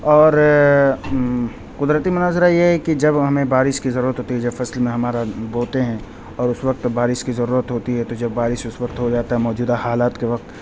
اور قدرتی مناظرہ یہ ہے کہ جب ہمیں بارش کی ضرورت ہوتی ہے جب فصل میں ہمارا بوتے ہیں اور اس وقت بارش کی ضرورت ہوتی ہے تو جب بارش اس وقت ہو جاتا ہے موجودہ حالات کے وقت